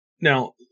now